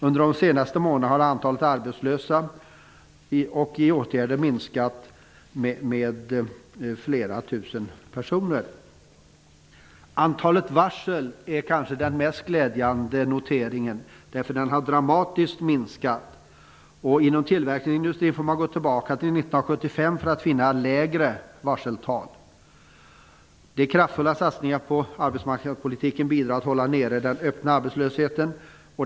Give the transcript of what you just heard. Under de senaste månaderna har antalet arbetslösa och personer i åtgärder minskat med flera tusen personer. Den kanske mest glädjande noteringen är att antalet varsel dramatiskt har minskat. Man får gå tillbaka till 1975 för att finna lägre varseltal inom tillverkningsindustrin. Kraftfulla satsningar på arbetsmarknadspolitiken bidrar till att hålla nere den öppna arbetslösheten.